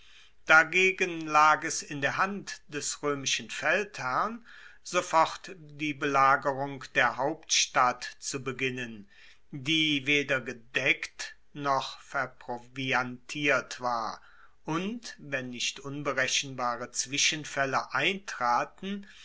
dagegen lag es in der hand des roemischen feldherrn sofort die belagerung der hauptstadt zu beginnen die weder gedeckt noch verproviantiert war und wenn nicht unberechenbare zwischenfaelle eintraten